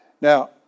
Now